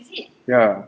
ya